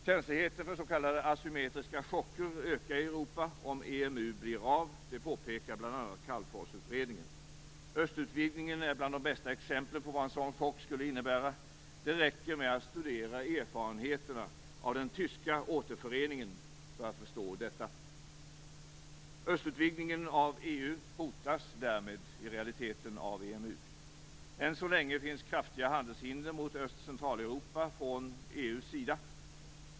Känsligheten för s.k. asymmetriska chocker ökar i Europa om EMU blir av. Det påpekar bl.a. Calmforsutredningen. Östutvidgningen är bland de bästa exemplen på vad en sådan chock skulle innebära. Det räcker med att studera erfarenheterna av den tyska återföreningen för att förstå detta. Östutvidgningen av EU hotas därmed i realiteten av EMU. Än så länge finns kraftiga handelshinder mot Öst och Centraleuropa från EU:s sida.